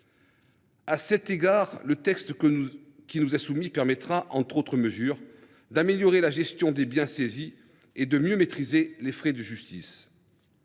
À cet égard, le texte qui nous est soumis permettra notamment d’améliorer la gestion des biens saisis et de mieux maîtriser les frais de justice.